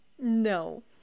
No